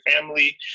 family